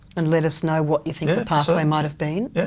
and let us know what you think the pathway might have been? yeah,